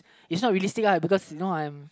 is not realistic uh because you know I am